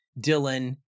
Dylan